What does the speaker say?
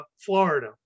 Florida